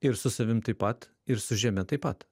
ir su savim taip pat ir su žeme taip pat